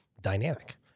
dynamic